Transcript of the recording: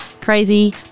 crazy